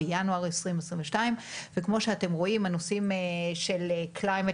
בינואר 2022. כמו שאתם רואים הנושאים של כשל אקלים,